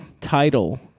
Title